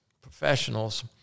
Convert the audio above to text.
professionals